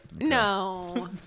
No